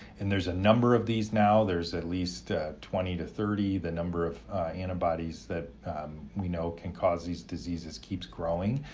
and there's a number of these now, there's at least twenty to thirty, the number of antibodies that we know can cause these diseases keeps growing.